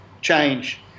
change